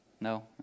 No